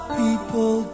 people